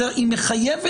בסופו של דבר,